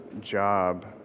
job